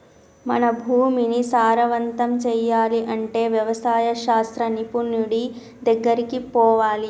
మన భూమిని సారవంతం చేయాలి అంటే వ్యవసాయ శాస్త్ర నిపుణుడి దెగ్గరికి పోవాలి